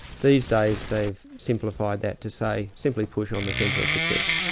these days they've simplified that to say simply push on the centre of the chest.